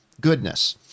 goodness